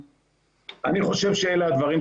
אני חושב שאלה הדברים.